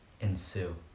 ensue